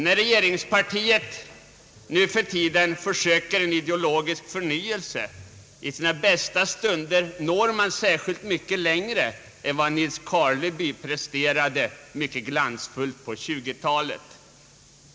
När regeringspartiet nu för tiden försöker åstadkomma en ideologisk förnyelse når man i sina bästa stunder knappast längre än vad Nils Karleby glansfullt presterade på 1920-talet.